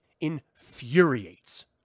infuriates